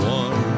one